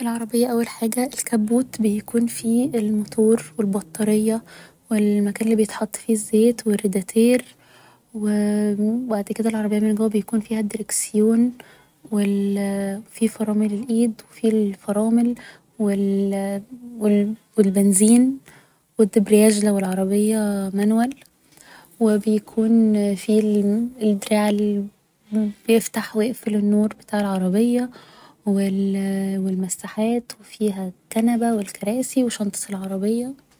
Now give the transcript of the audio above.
العربية اول حاجة الكابوت بيكون فيه الموتور و البطارية و المكان اللي بيتحط فيه الزيت و الريداتير و بعد كده العربية من جوة بيكون فيها الدريكسيون و ال في فرامل الايد و في الفرامل و ال و البنزين و الدبرياچ لو العربية مانوال و بيكون في الدراع اللي بيفتح و يقفل النور بتاع العربية و المساحات و فيها الكنبة و الكراسي و شنطة العربية